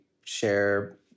share